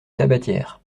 tabatière